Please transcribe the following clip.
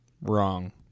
Wrong